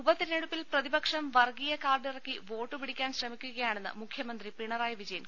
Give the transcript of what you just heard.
ഉപതെരഞ്ഞെടുപ്പിൽ പ്രതിപക്ഷം വർഗീയ കാർഡിറക്കി വോട്ടുപി ടിക്കാൻ ശ്രമിക്കുകയാണെന്ന് മുഖ്യമന്ത്രി പിണറായി വിജയൻ